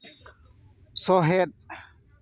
ᱥᱚᱦᱮᱫ